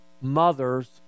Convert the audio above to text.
mothers